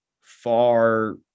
far